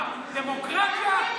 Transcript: איפה הדמוקרטיה ביש עתיד?